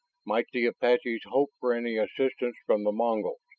might the apaches hope for any assistance from the mongols,